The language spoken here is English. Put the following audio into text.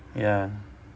ya